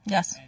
Yes